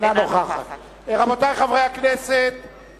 אינה נוכחת רבותי חברי הכנסת,